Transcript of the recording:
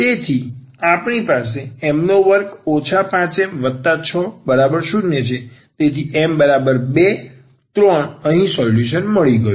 તેથી આપણી પાસે અહીં m2 5m60 છે તેથી અમને m 2 3 અહીં સોલ્યુશન મળી ગયું